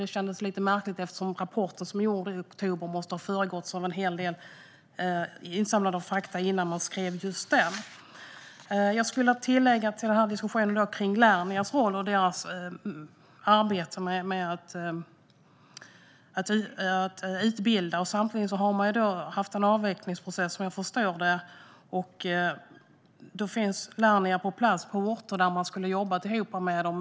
Det kändes lite märkligt eftersom den rapport som skrevs i oktober måste ha föregåtts av en hel del insamlande av fakta. Jag skulle vilja tillägga något i diskussionen om Lernias roll och deras arbete med att utbilda. Samtidigt har man haft en avvecklingsprocess, som jag förstår det. Lernia finns på plats på orter där man skulle ha jobbat ihop med dem.